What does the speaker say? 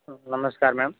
नमस्कार मेम